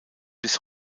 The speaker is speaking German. bis